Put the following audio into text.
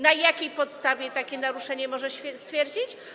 Na jakiej podstawie takie naruszenie może stwierdzić?